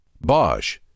Bosch